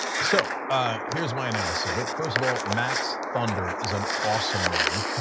so ah here is my analysis of it. first of all, max thunder is an awesome name,